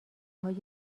های